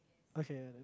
okay